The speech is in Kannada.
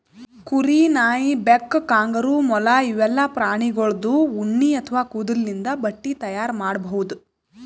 ಕುರಿ, ನಾಯಿ, ಬೆಕ್ಕ, ಕಾಂಗರೂ, ಮೊಲ ಇವೆಲ್ಲಾ ಪ್ರಾಣಿಗೋಳ್ದು ಉಣ್ಣಿ ಅಥವಾ ಕೂದಲಿಂದ್ ಬಟ್ಟಿ ತೈಯಾರ್ ಮಾಡ್ಬಹುದ್